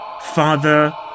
Father